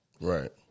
Right